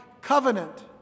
covenant